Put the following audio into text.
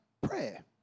prayer